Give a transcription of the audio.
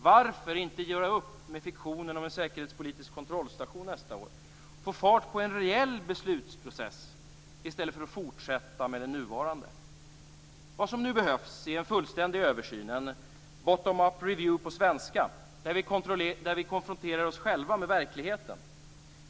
Varför inte göra upp med fiktionen av en säkerhetspolitisk kontrollstation nästa år och få fart på en reell beslutsprocess i stället för att fortsätta med den nuvarande? Vad som nu behövs är en fullständig översyn, en bottom up review på svenska, där vi konfronterar oss själva med verkligheten.